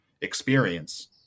experience